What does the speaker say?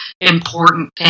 important